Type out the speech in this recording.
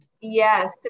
Yes